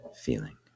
feeling